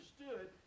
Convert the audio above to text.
understood